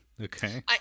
Okay